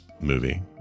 movie